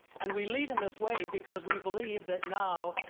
and we lead in this way because we believe that now,